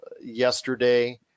yesterday